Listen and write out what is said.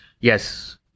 Yes